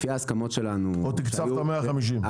או תקצבת 150?